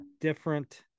different